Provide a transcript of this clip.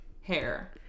hair